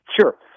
Sure